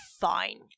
fine